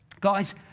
guys